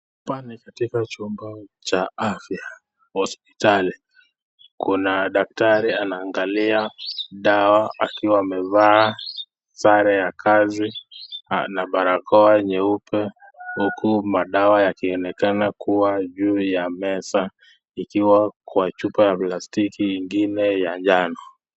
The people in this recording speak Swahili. Hapa ni katika chumba cha afya hospitali, kuna daktari anaangalia dawa akiwa amevaa sare ya kazi na barakoa nyeupe huku madawa yakionekana kuwa juu ya meza ikiwa kwa chupa ya plastiki ingine ya njano.